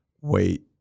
wait